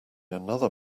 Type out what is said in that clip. another